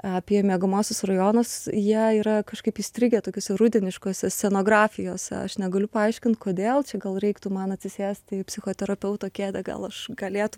apie miegamuosius rajonus jie yra kažkaip įstrigę tokiose rudeniškose scenografijose aš negaliu paaiškint kodėl čia gal reiktų man atsisėsti į psichoterapeuto kėdę gal aš galėtų